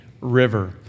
river